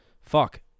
fuck